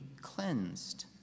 cleansed